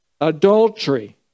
Adultery